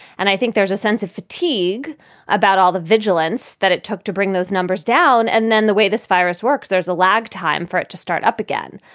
and i think there's a sense of fatigue about all the vigilance that it took to bring those numbers down. and then the way this virus works, there's a lag time for it to start up again.